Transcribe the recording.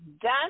done